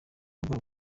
rubuga